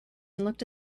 looked